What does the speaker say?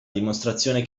dimostrazione